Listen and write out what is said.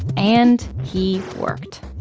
and he worked